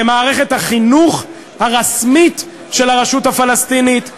במערכת החינוך הרשמית של הרשות הפלסטינית.